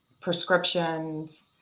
prescriptions